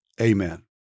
Amen